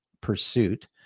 pursuit